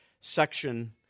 section